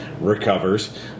recovers